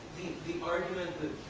the argument that,